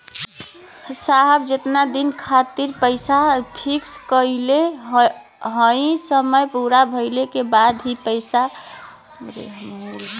साहब जेतना दिन खातिर हम पैसा फिक्स करले हई समय पूरा भइले के बाद ही मिली पैसा?